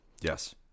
Yes